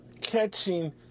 catching